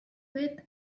with